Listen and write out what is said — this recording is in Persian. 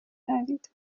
شوید